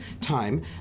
time